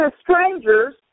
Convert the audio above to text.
strangers